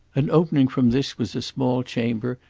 and opening from this was a small chamber,